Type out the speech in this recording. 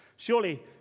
Surely